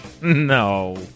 No